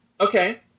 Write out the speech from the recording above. Okay